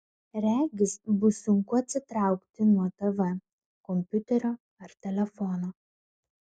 regis bus sunku atsitraukti nuo tv kompiuterio ar telefono